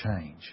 change